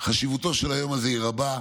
חשיבותו של היום הזה היא רבה.